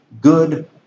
good